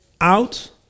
out